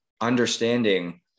understanding